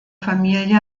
familie